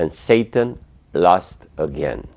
and satan lost again